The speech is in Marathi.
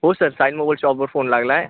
हो सर साईन मोबाईल शॉपवर फोन लागला आहे